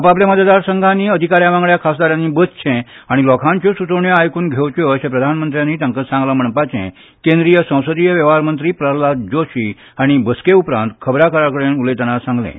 आपापल्या मतदारसंघांनी अधिकाऱ्यां वांगडा खासदारांनी बसचें आनी लोकांच्यो सुचोवण्यो आयकून घेवच्यो अशें प्रधानमंत्र्यांनी तांकां सांगलां म्हणपाचें केंद्रीय संसदीय वेव्हार मंत्री प्रल्हाद जोशी हांणी बसके उपरांत खबराकारां कडेन उलयतना सांगलें